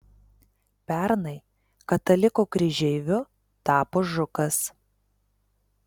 pernai katalikų kryžeiviu tapo žukas